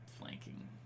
flanking